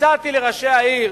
הצעתי לראשי העיר